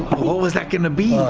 what was that going to be?